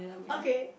okay